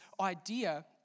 idea